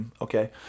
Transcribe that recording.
okay